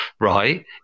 right